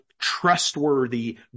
trustworthy